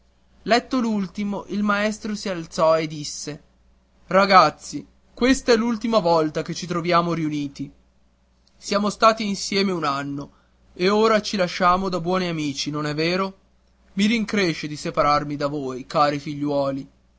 letto l'ultimo il maestro si alzò e disse ragazzi questa è l'ultima volta che ci troviamo riuniti siamo stati insieme un anno e ora ci lasciamo buoni amici non è vero i rincresce di separarmi da voi cari figliuoli